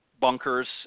bunkers